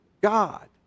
God